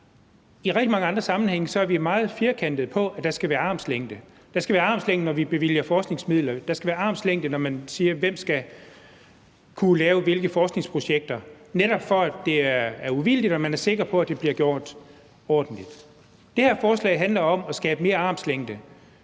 I rigtig mange andre sammenhænge er vi firkantede på, at der skal være armslængde. Der skal være armslængde, når vi bevilger forskningsmidler; der skal være armslængde, når man siger, hvem der skal kunne lave hvilke forskningsprojekter, netop for at det er uvildigt og man er sikker på, at det bliver gjort ordentligt. Det her forslag handler om at skabe mere armslængde